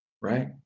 Right